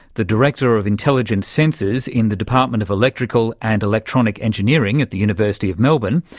the director of intelligent sensors in the department of electrical and electronic engineering at the university of melbourne.